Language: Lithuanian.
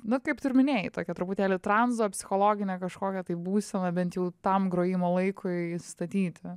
nu kaip tu ir minėjai tokia truputėlį tranzo psichologinė kažkokia tai būsena bent jau tam grojimo laikui įstatyti